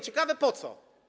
Ciekawe po co.